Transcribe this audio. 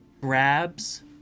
grabs